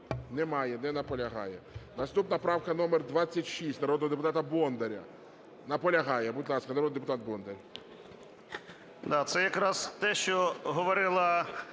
Немає. Не наполягає. Наступна правка - номер 26, народного депутата Бондаря. Наполягає. Будь ласка, народний депутат Бондар.